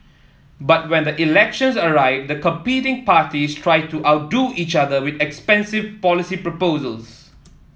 but when the elections arrived the competing parties tried to outdo each other with expensive policy proposals